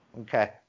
Okay